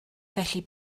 felly